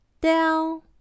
down